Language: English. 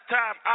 time